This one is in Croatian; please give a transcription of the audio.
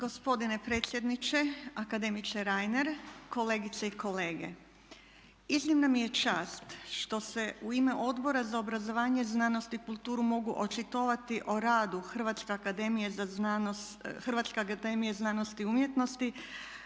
Hrvatske akademije znanosti i umjetnosti,